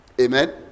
Amen